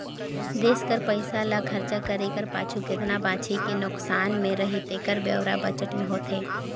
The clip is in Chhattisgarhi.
देस कर पइसा ल खरचा करे कर पाछू केतना बांचही कि नोसकान में रही तेकर ब्योरा बजट में होथे